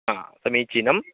हा समीचीनं